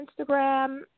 Instagram